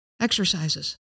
Exercises